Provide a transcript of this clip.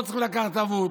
לא צריכים לקחת ערבות.